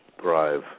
thrive